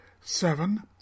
seven